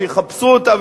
שיחפשו אותה,